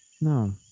No